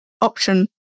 option